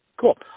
Cool